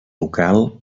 local